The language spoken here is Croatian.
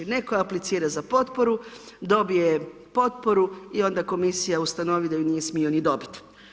Netko aplicira za potporu, dobije potporu i onda komisija ustanovi da ju nije smio ni dobit.